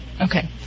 Okay